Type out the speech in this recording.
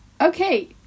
Okay